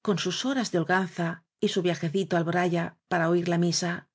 con sus horas de holganza y su viajecito á alboraya para oir la misa